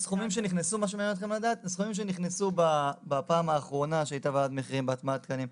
הסכומים שנכנסו בפעם האחרונה בה הייתה ועדת מחירים בהטמעת תקנים,